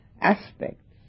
aspects